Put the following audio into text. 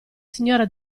signora